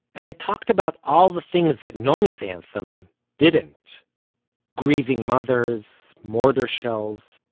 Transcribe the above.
and it talked about all the things that naomi's anthem didn't grieving mothers, mortar shells,